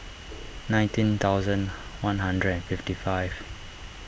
nineteen thousand one hundred and fifty five